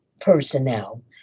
personnel